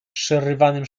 przerywany